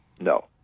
No